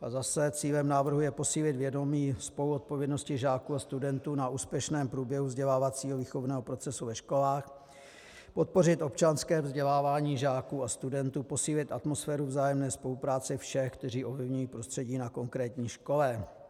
A zase cílem návrhu je posílit vědomí spoluodpovědnosti žáků a studentů na úspěšném průběhu vzdělávacího a výchovného procesu ve školách, podpořit občanské vzdělávání žáků a studentů, posílit atmosféru vzájemné spolupráce všech, kteří ovlivňují prostředí na konkrétní škole.